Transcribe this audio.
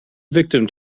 victim